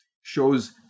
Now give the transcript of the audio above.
shows